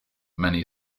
many